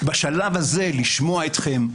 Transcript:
בשלב הזה לשמוע אתכם,